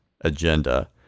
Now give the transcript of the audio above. agenda